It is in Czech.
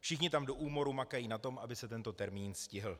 Všichni tam do úmoru makají na tom, aby se tento termín stihl.